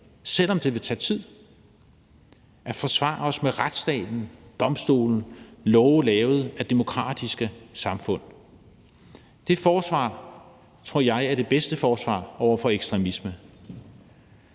selv om det vil tage tid, og forsvare os med retsstaten, domstolen, love lavet af demokratiske samfund. Det forsvar tror jeg er det bedste forsvar over for ekstremisme.